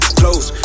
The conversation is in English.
close